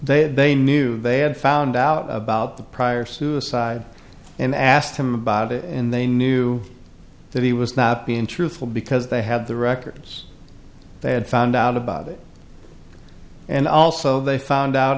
had they knew they had found out about the prior suicide and asked him about it and they knew that he was not being truthful because they had the records they had found out about it and also they found out